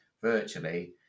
virtually